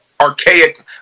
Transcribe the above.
archaic